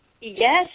Yes